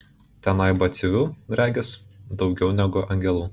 tenai batsiuvių regis daugiau negu angelų